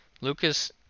Lucas